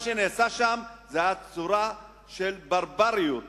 מה שנעשה שם היה צורה של ברבריות.